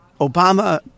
Obama